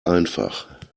einfach